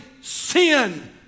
sin